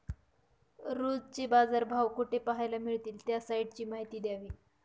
रोजचे बाजारभाव कोठे पहायला मिळतील? त्या साईटची माहिती द्यावी